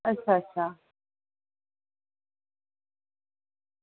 अच्छा अच्छा